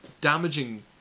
damaging